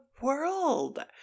world